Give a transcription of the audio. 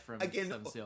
again